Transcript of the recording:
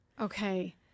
Okay